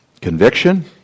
conviction